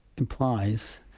implies,